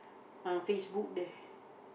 uh Facebook there